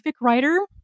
writer